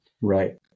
Right